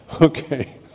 okay